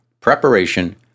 preparation